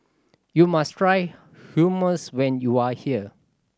you must try Hummus when you are here